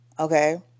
Okay